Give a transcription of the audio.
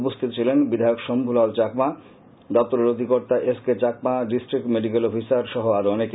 উপস্থিত ছিলেন বিধায়ক শঙ্গুলাল চাকমা দপ্তরের অধিকর্তা S K Chakma district medical officer সহ আরো অনেকে